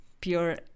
pure